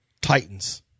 Titans